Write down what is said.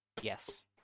Yes